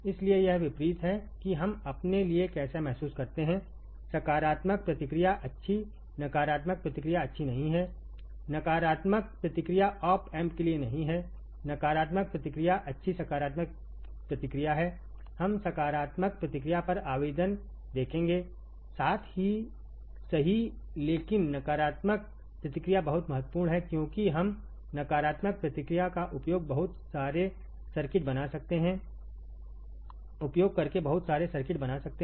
इसलिए यह विपरीत है कि हम अपने लिए कैसा महसूस करते हैं सकारात्मक प्रतिक्रिया अच्छी नकारात्मक प्रतिक्रिया अच्छी नहीं है नकारात्मक प्रतिक्रिया ऑप एम्प के लिए नहीं है नकारात्मक प्रतिक्रिया अच्छी सकारात्मक प्रतिक्रिया है हम सकारात्मक प्रतिक्रिया पर आवेदन देखेंगे साथ ही सही लेकिन नकारात्मक प्रतिक्रिया बहुत महत्वपूर्ण है क्योंकि हम नकारात्मक प्रतिक्रिया का उपयोग करके बहुत सारे सर्किट बना सकते हैं